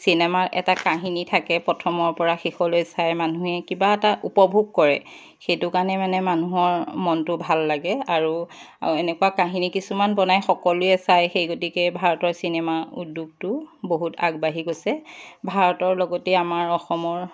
cinema এটা কাহিনী থাকে প্ৰথমৰ পৰা শেষলৈ চাই মানুহে কিবা এটা উপভোগ কৰে সেইটো কাৰণে মানে মানুহৰ মনটো ভাল লাগে আৰু এনেকুৱা কাহিনী কিছুমান বনাই সকলোৱে চাই সেই গতিকে ভাৰতৰ চিনেমা উদ্যোগটো বহুত আগবাঢ়ি গৈছে ভাৰতৰ লগতেই আমাৰ অসমৰ